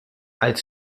als